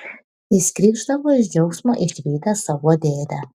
jis krykšdavo iš džiaugsmo išvydęs savo dėdę